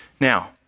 Now